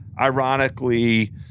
ironically